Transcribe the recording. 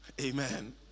Amen